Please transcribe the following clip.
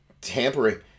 tampering